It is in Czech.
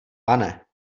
pane